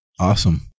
Awesome